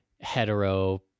hetero